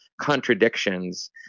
contradictions